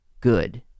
good